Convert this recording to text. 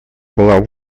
была